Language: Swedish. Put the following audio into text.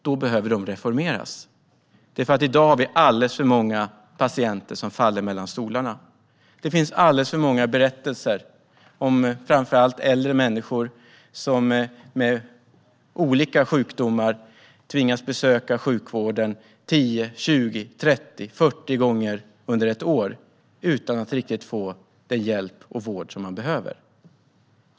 Då behöver de reformeras, för i dag har vi alldeles för många patienter som faller mellan stolarna. Det finns alldeles för många berättelser om framför allt äldre människor med olika sjukdomar som tvingas besöka vården 10, 20, 30, 40 gånger under ett år utan att riktigt få den hjälp och vård som de behöver.